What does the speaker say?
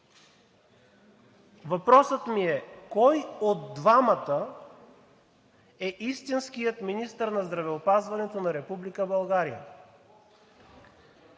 Въпросът ми е: кой от двамата е истинският министър на здравеопазването на Република България?